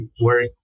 work